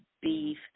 beef